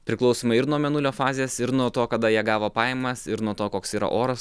priklausomai ir nuo mėnulio fazės ir nuo to kada jie gavo pajamas ir nuo to koks yra oras